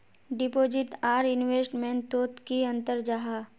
Deposit आर investment तोत की अंतर जाहा?